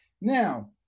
Now